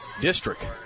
district